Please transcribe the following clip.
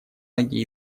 ноги